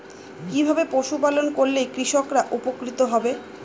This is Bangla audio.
কিভাবে পশু পালন করলেই কৃষকরা উপকৃত হবে?